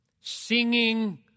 singing